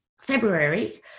February